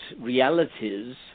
realities